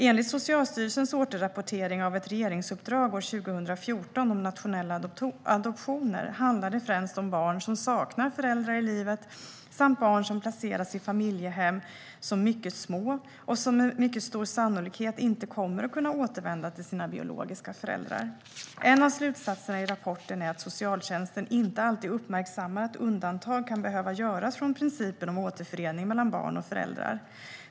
Enligt Socialstyrelsens återrapportering av ett regeringsuppdrag år 2014 om nationella adoptioner handlar det främst om barn som saknar föräldrar i livet samt barn som placerats i familjehem som mycket små och som med mycket stor sannolikhet inte kommer att kunna återvända till sina biologiska föräldrar. En av slutsatserna i rapporten är att socialtjänsten inte alltid uppmärksammar att undantag kan behöva göras från principen om återförening mellan barn och föräldrar.